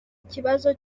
ikibazo